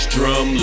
Drum